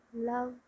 Love